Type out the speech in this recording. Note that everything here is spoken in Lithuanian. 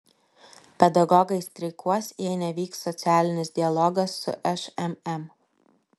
pedagogai streikuos jei nevyks socialinis dialogas su šmm